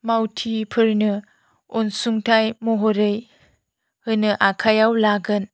मावथिफोरनो आनसुंथाइ महरै होनो आखाइयाव लागोन